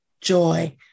joy